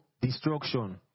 destruction